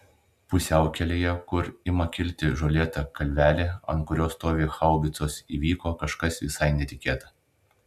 pusiaukelėje kur ima kilti žolėta kalvelė ant kurios stovi haubicos įvyko kažkas visai netikėta